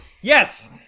yes